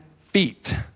feet